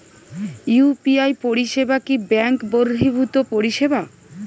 UPI পরিসেবা কি bank বর্হিভুত পরিসেবা?